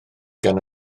gan